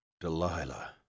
Delilah